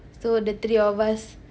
so the three of us